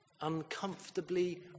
Uncomfortably